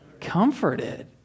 comforted